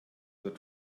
that